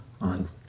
on